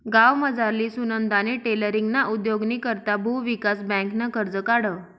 गावमझारली सुनंदानी टेलरींगना उद्योगनी करता भुविकास बँकनं कर्ज काढं